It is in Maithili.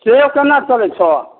सेव केना चलै छौ